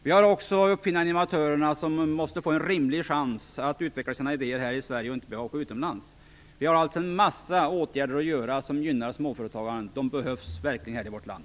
Vi har också uppfinnarna och innovatörerna, som måste få en rimlig chans att utveckla sina idéer här i Sverige och inte åka utomlands. Vi har alltså en massa åtgärder att vidta som gynnar småföretagarna. De behövs verkligen här i vårt land.